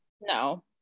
No